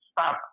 stop